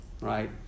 right